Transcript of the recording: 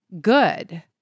Good